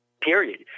period